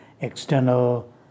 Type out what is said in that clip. External